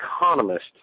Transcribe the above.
economist